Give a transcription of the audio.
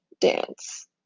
dance